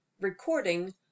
Recording